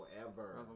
forever